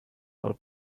del